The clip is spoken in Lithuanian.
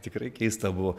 tikrai keista buvo